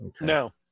No